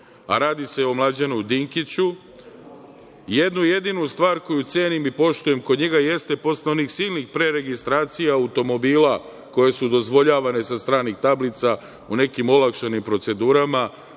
a radi se o Mlađanu Dinkiću, jednu jedinu stvar koju cenim i poštujem kod njega jeste posle onih silnih pre registracija automobila koje su dozvoljavane sa stranih tablica u nekim olakšanim procedurama,